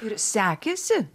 ir sekėsi